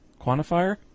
Quantifier